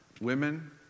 women